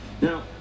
Now